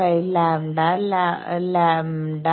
5 lambda λ